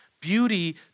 Beauty